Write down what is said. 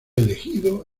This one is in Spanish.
elegido